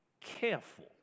careful